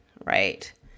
right